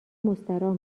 مستراح